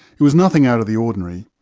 it was nothing out of the ordinary,